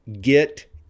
get